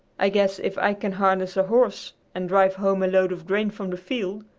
i guess if i can harness a horse and drive home a load of grain from the field,